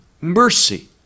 mercy